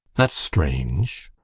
that's strange.